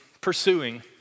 pursuing